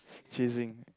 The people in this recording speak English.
chasing